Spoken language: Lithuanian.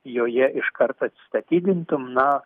joje iškart atsistatydintum na